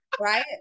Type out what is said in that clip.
Right